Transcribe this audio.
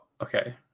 okay